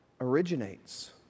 originates